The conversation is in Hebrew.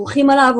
צרחו עליו,